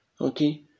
okay